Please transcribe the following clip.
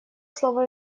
слово